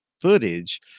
footage